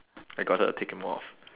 I got her to take them off